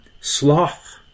Sloth